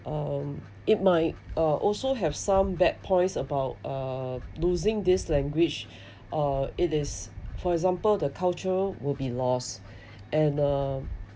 um it might uh also have some bad points about uh losing this language uh it is for example the culture will be lost and uh